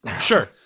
Sure